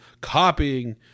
copying